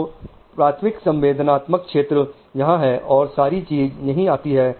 तो प्राथमिक संवेदनात्मक क्षेत्र यहां है और सारी चीज यही आती है